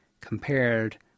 compared